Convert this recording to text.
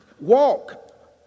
walk